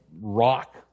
rock